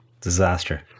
Disaster